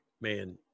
Man